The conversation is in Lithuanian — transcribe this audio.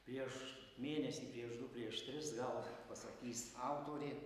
prieš mėnesį prieš du prieš tris gal pasakys autorė